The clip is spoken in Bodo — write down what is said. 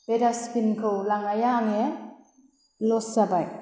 बे डासबिनखौ लांनाया आङो लस जाबाय